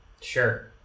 Sure